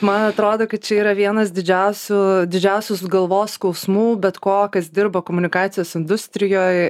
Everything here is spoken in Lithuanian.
man atrodo kad čia yra vienas didžiausių didžiausias galvos skausmų bet kokias dirba komunikacijos industrijoj